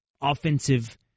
offensive